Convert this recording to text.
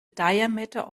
diameter